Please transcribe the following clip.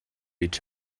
each